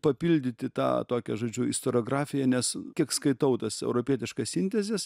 papildyti tą tokią žodžiu istoriografiją nes kiek skaitau tas europietiškas sintezes